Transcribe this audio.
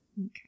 okay